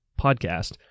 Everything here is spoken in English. podcast